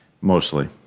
mostly